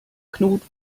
knut